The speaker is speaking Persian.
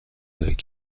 دهید